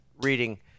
reading